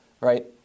right